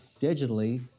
digitally